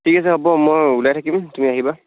ঠিক আছে হ'ব মই ওলাই থাকিম তুমি আহিবা